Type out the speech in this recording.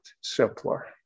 simpler